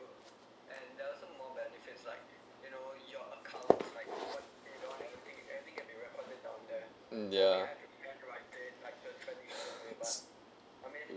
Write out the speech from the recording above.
uh ya